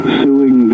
suing